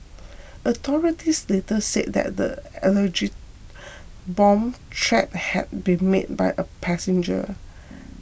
authorities later said the alleged bomb threat had been made by a passenger